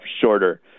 shorter